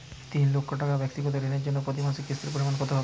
তিন লক্ষ টাকা ব্যাক্তিগত ঋণের জন্য প্রতি মাসে কিস্তির পরিমাণ কত হবে?